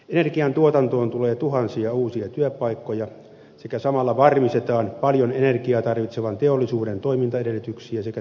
energiantuotantoon tulee tuhansia uusia työpaikkoja sekä samalla varmistetaan paljon energiaa tarvitsevan teollisuuden toimintaedellytyksiä sekä työllisyyttä suomessa